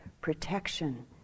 protection